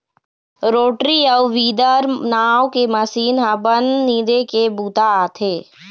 rotary अउ weeder नांव के मसीन ह बन निंदे के बूता आथे